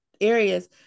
areas